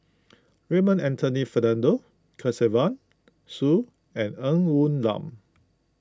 Raymond Anthony Fernando Kesavan Soon and Ng Woon Lam